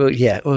ah yeah.